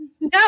No